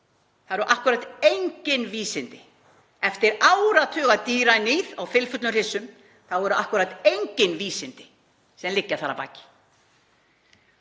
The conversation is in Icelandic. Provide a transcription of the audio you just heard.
Það eru akkúrat engin vísindi, eftir áratuga dýraníð á fylfullum hryssum eru akkúrat engin vísindi sem liggja þar að baki.